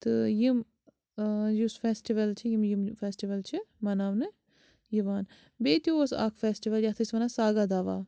تہٕ یِم ٲں یُس فیٚسٹِول چھِ یِم یِم فیٚسٹِول چھِ مَناونہٕ یِوان بیٚیہِ تہِ اوس اَکھ فیٚسٹِول یَتھ ٲسۍ وَنان ساگا دوا